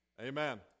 Amen